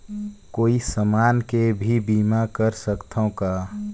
कोई समान के भी बीमा कर सकथव का?